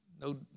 No